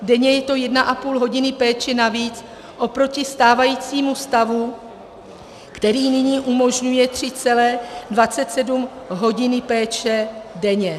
Denně je to jedna a půl hodiny péče navíc oproti stávajícímu stavu, který nyní umožňuje 3,27 hodiny péče denně.